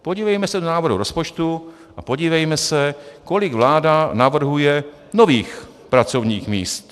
Podívejme se do návrhu rozpočtu a podívejme se, kolik vláda navrhuje nových pracovních míst.